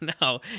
No